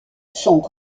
sont